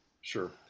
Sure